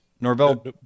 Norvell